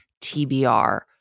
TBR